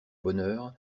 bonheur